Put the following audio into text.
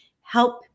help